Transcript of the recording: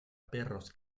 perros